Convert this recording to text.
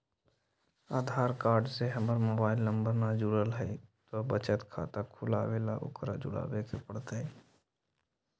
आधार card से हमर mobile number न जुरल है त बचत खाता खुलवा ला उकरो जुड़बे के पड़तई?